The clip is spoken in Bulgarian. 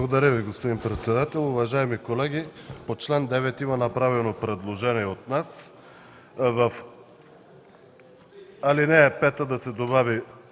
Благодаря Ви, господин председател. Уважаеми колеги, по чл. 9 има направено предложение от нас.